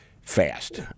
fast